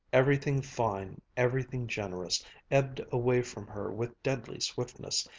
everything fine, everything generous, ebbed away from her with deadly swiftness,